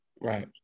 right